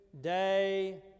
day